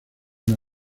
una